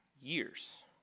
years